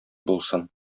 булсын